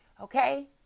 Okay